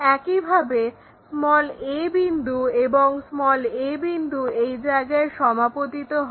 একইভাবে a বিন্দু এবং a বিন্দু এই জায়গায় সমাপতিত হয়